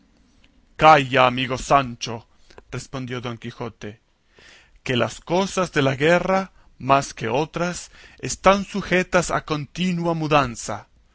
calla amigo sancho respondió don quijote que las cosas de la guerra más que otras están sujetas a continua mudanza